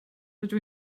rydw